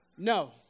No